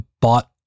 bought